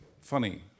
funny